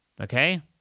okay